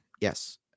Yes